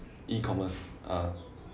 E commerce err